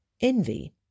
Envy